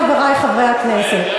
חברי חברי הכנסת,